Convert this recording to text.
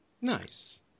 Nice